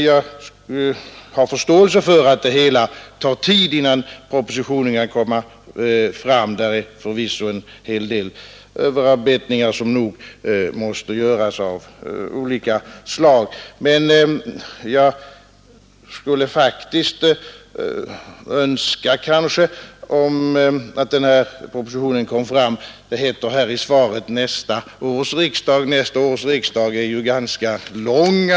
Jag har förståelse för att det tar tid, innan propositionen kan framläggas. En hel del överarbetningar av olika slag måste förvisso göras. Men jag skulle faktiskt önska att denna proposition snarast kom fram. Det heter i svaret, ”till nästa års riksdag”. Nästa års riksdag är ju ganska lång.